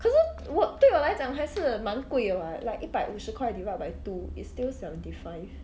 可是我对我来讲还是蛮贵 what like 一百五十块 divide by two is still seventy five